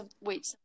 Wait